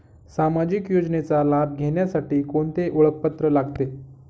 सामाजिक योजनेचा लाभ घेण्यासाठी कोणते ओळखपत्र लागते?